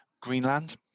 Greenland